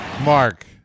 Mark